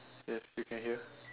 yes you can hear